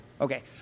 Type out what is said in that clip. okay